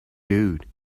dude